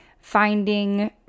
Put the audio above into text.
finding